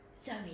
Zoe